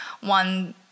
One